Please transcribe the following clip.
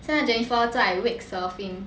现在 jennifer 在 wake surfing